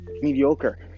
mediocre